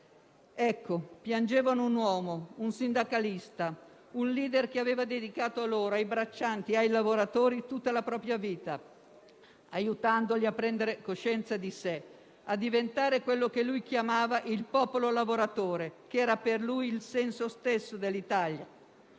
Ecco, piangevano un uomo, un sindacalista, un *leader* che aveva dedicato a loro - ai braccianti e ai lavoratori - tutta la propria vita, aiutandoli a prendere coscienza di sé, a diventare quello che lui chiamava il popolo lavoratore, che riteneva il senso stesso dell'Italia